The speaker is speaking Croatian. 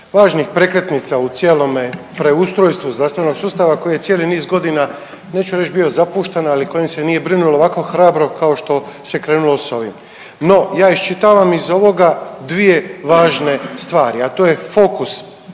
važnih prekretnica u cijelome preustrojstvu zdravstvenog sustava koji je cijeli niz godina neću reći bio zapušten, ali kojim se nije brinulo ovako hrabro kao što se krenulo sa ovim. No ja iščitavam iz ovoga dvije važne stvari, a to je fokus